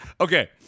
okay